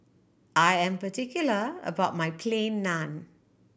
I am particular about my Plain Naan